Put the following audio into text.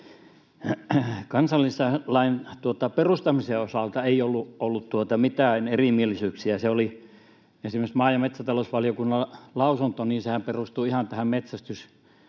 Kansallispuiston perustamisen osalta ei ollut mitään erimielisyyksiä. Esimerkiksi maa- ja metsätalousvaliokunnan lausuntohan perustuu ihan tähän